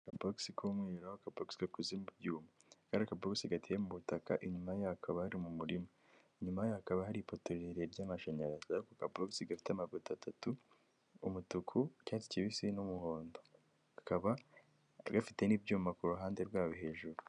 Akabogisi k'umweru akabagisi gakozwe mu byuma, akaba ari akabogisi gateye mu butaka. Inyuma yako ari mu murima, nyuma hakaba hari ipoto rirerire ry'amashanyarazi. Ariko gabogisi gafite amabuto atatu umutuku, icyatsi kibisi n'umuhondo; bakaba gafite n'ibyuma ku ruhande rwaho hejuru.